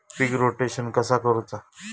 पीक rotation कसा करूचा?